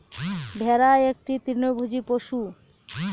ভেড়া একটি তৃণভোজী পশু